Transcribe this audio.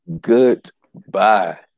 Goodbye